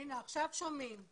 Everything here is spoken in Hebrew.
עכשיו שומעים.